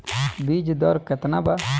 बीज दर केतना बा?